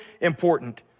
important